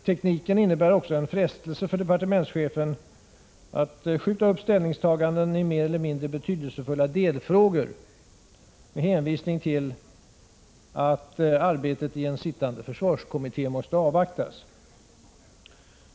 Tekniken innebär också en frestelse för departementschefen att skjuta upp ställningstaganden i mer eller mindre betydelsefulla delfrågor med hänvisning till att arbetet i en sittande försvarskommitté måste avvaktas.